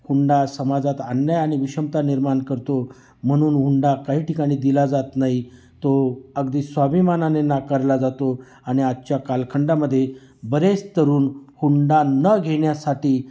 हुंडा समाजात अन्याय आणि विषमता निर्माण करतो म्हणून हुंडा काही ठिकाणी दिला जात नाही तो अगदी स्वाभिमानाने नाकारला जातो आणि आजच्या कालखंडामध्ये बरेच तरुण हुंडा न घेण्यासाठी